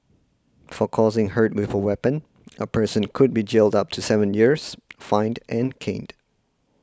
for causing hurt with a weapon a person could be jailed up to seven years fined and caned